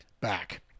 back